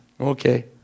Okay